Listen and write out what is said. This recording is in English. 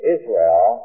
Israel